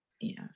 yes